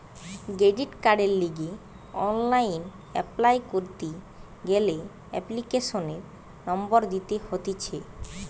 credit কার্ডের লিগে online apply করতি গ্যালে এপ্লিকেশনের নম্বর দিতে হতিছে